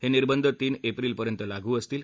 हे निर्बंध तीन एप्रिल पर्यंत लागू असतील